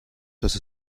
does